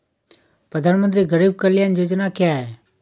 प्रधानमंत्री गरीब कल्याण योजना क्या है?